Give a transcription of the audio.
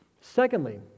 Secondly